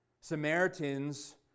Samaritans